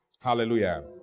Hallelujah